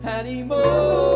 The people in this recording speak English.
anymore